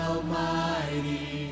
Almighty